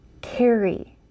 carry